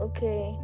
Okay